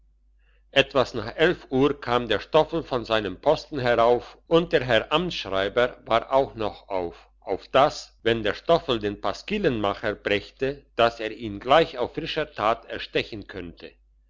etwas nach elf uhr kam der stoffel von seinem posten herauf und der herr amtsschreiber war auch noch auf auf dass wenn der stoffel den pasquillenmacher brächte dass er ihn gleich auf frischer tat erstechen könnte